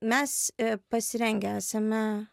mes pasirengę esame